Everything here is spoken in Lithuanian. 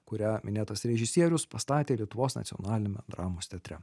kurią minėtas režisierius pastatė lietuvos nacionaliniame dramos teatre